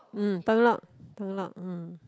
mm Tung-Lok Tung-Lok mm